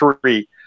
three